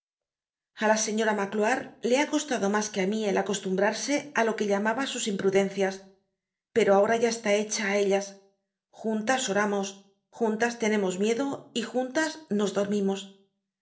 a la señora magloire le ha costado mas que á mí el acostumbrarse á lo que llamaba sus imprudencias pero ahora ya está hecha á ellas juntas oramos juntas tenemos miedo y juntas nos dormimos